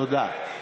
תודה.